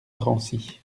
drancy